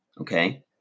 okay